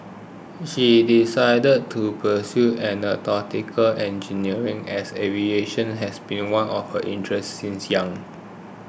she decided to pursue Aeronautical Engineering as aviation has been one of her interests since young